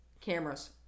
cameras